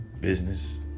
business